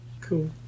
Cool